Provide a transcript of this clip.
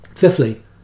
Fifthly